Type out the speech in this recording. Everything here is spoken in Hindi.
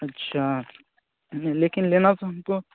अच्छा लेकिन लेना तो हमको